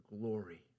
glory